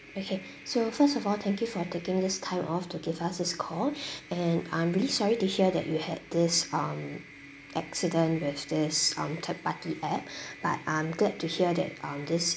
okay so first of all thank you for taking this time off to give us this call and I'm really sorry to hear that you had this um accident with this um third party app but I'm glad to hear that um this